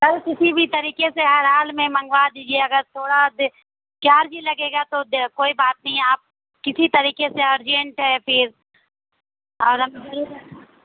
سر کسی بھی طریقے سے ہر حال میں منگوا دیجیے اگر تھوڑا چارج لگے گا تو کوئی بات نہیں آپ کسی طریقے سے ارجنٹ ہے پھر اور ہمیں ضرورت